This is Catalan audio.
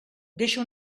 deixa